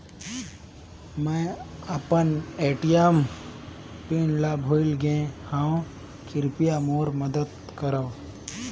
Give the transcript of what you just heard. मैं अपन ATM pin ल भुला गे हवों, कृपया मोर मदद करव